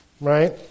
right